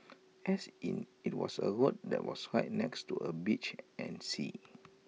as in IT was A road that was right next to A beach and sea